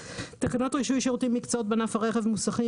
תקנות רישוי שירותים ומקצועות בענף הרכב (מוסכים),